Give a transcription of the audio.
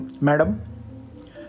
Madam